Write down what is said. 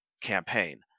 campaign